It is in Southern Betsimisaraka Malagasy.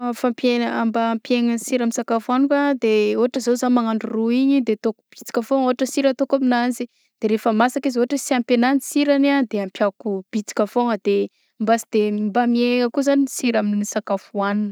Fampihegna- mba hampihegna sira amin'ny sakafo hohaniko de ôhatra zao za magnandro ro igny de ataoko bitsiky foagna ôhatra sira ataoko aminazy de rehefa masaka izy ôhatra sy ampy anah ny sirany a ampiako bitsika foagna de mba tsy de mba mihegna kô zagny sira amin'ny sakafo hohanina.